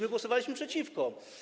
My głosowaliśmy przeciwko.